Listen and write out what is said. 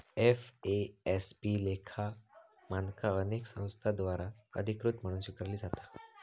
FASB लेखा मानका अनेक संस्थांद्वारा अधिकृत म्हणून स्वीकारली जाता